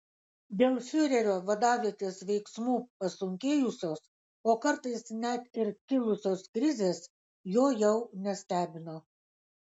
dėl fiurerio vadavietės veiksmų pasunkėjusios o kartais net ir kilusios krizės jo jau nestebino